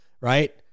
right